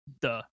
duh